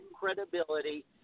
credibility